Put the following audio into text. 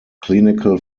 clinical